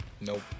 Nope